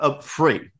free